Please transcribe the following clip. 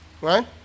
Right